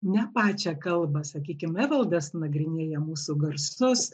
ne pačią kalbą sakykim evaldas nagrinėja mūsų garsus